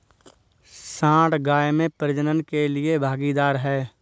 सांड गाय में प्रजनन के लिए भागीदार है